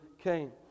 came